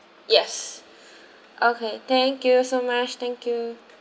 yes okay thank you so much thank you